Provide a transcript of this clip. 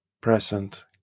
Present